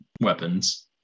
weapons